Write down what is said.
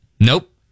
nope